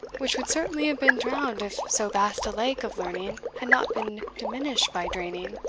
which would certainly have been drowned if so vast a lake of learning had not been diminished by draining.